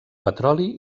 petroli